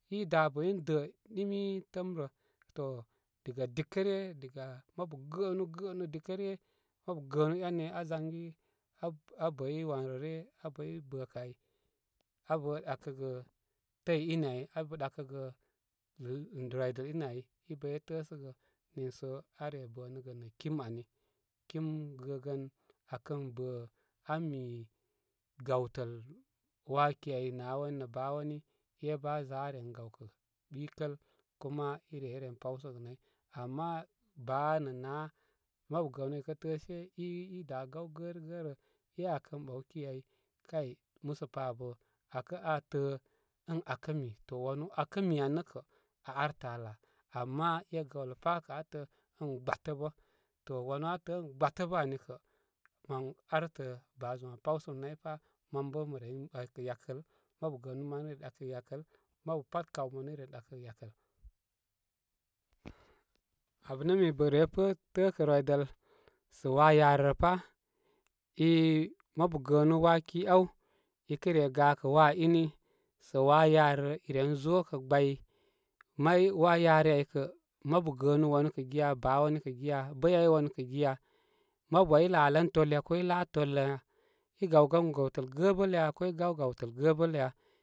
Idabə ində imi təəm rə. To diga dikə ryə, diga mabu gəənu, gəənu dikə ryə, mabu gəənúú enu aa zaygi ab aa bəy wan rə ryə, abəy bə kə ai. Abə ɗakə gə təyi ni ai, abə dákəgə rwide iné ai i bə ye təəsəgə niiso are bənəgə nə kim ani. Kim gəgən aa kən bə an mi gawtəl waaki ai naa wani nə baa wani, é bə aa za aren gawkə ɓikəl. Kuma ireye ren pawsəgə nay. Ama baa nə naa mabu gəənu i kə təəshe i, i daa gaw gərigə é akən ɓaw ki ai kai musə pa abə akə aa təə ən akə mi. to wanu akə mi ani nə kə aa artə aa láá. Ama é gəw lə pá kə aa təə ən gbətəbə. To wanu aa təə ən gbátəbə ani kə mən artə, baazum aa pəwsəm nay pá. Man bə mə ren way kə yakəl, mabu gəənúú manu i ren way yakəl, ma bu pat kayo manu iren ɗakəgə yakəl. Abə nə mi re təəkə rwidəl sə waa yari rə pá. i mabu gəənu, waaki áw, ikə re gakə waa ini sə waa yari rə, iren zokə gbay may waayari a kə mabu gəənúú wanu kə giya? Baa wani kə giya? Bəyay wanu kə giya? Mabu ai i laalan tol ya ko ilaal lə ya? I gáw gan gáwtəl gəəbəl ya ko i gáw gáwtəl gəəbəl lə ya?